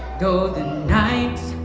go the night